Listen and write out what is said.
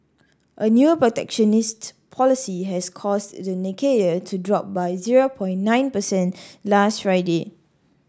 a new protectionist policy has caused the Nikkei to drop by zero from nine percent last Friday